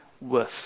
worth